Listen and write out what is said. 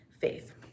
faith